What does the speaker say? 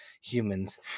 humans